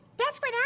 that's what ah